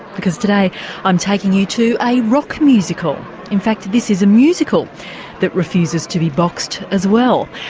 because today i'm taking you to a rock musical, in fact this is a musical that refuses to be boxed as well.